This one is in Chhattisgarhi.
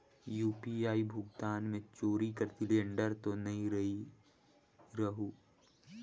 यू.पी.आई भुगतान मे चोरी कर सिलिंडर तो नइ रहु?